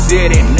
City